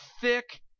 thick